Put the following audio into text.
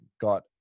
got